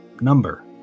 Number